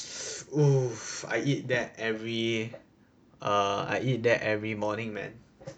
oof I eat that every err I eat there every morning man